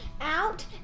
out